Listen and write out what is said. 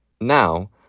Now